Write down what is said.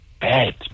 Bad